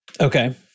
Okay